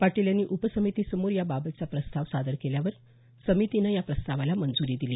पाटील यांनी उपसमिती समोर या बाबतचा प्रस्ताव सादर केल्यावर समितीनं या प्रस्तावाला मंजुरी दिली